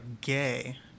gay